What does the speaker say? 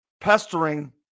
pestering